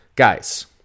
Guys